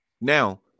Now